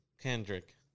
Kendrick